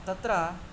तत्र